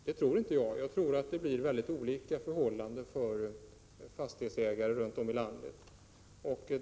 Det tror inte jag, utan jag tror att det blir högst olikartade förhållanden för fastighetsägarna i landet.